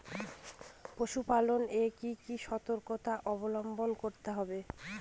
পশুপালন এ কি কি সর্তকতা অবলম্বন করতে হবে?